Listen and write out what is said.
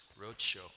roadshow